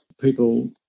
people